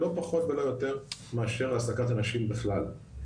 לא פחות ולא יותר מאשר העסקת אנשים בכלל.